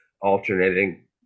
alternating